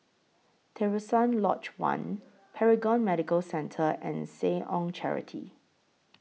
Terusan Lodge one Paragon Medical Centre and Seh Ong Charity